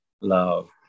Love